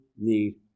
need